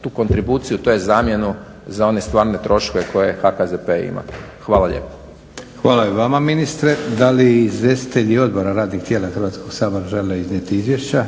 tu kontribuciju tj. zamjenu za one stvarne troškove koje HKZP ima. Hvala lijepo. **Leko, Josip (SDP)** Hvala i vama ministre. Da li izvjestitelji odbora i radnih tijela Hrvatskog sabora žele iznijeti izvješća?